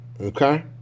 okay